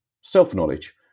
self-knowledge